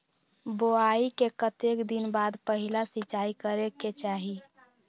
बोआई के कतेक दिन बाद पहिला सिंचाई करे के चाही?